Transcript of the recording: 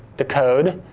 the code,